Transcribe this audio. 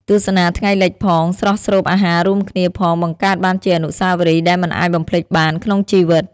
ទស្សនាថ្ងៃលិចផង ស្រស់ស្រូបអាហាររួមគ្នាផងបង្កើតបានជាអនុស្សាវរីយ៍ដែលមិនអាចបំភ្លេចបានក្នុងជីវិត។